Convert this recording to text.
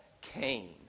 Cain